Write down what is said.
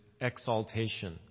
exaltation